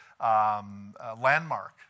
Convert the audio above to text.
landmark